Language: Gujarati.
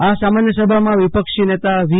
આ સામાન્ય સભામાં વિપક્ષીનેતા વી